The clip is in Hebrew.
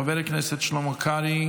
חבר הכנסת שלמה קרעי,